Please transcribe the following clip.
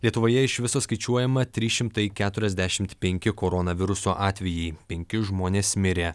lietuvoje iš viso skaičiuojama trys šimtai keturiasdešimt penki koronaviruso atvejai penki žmonės mirė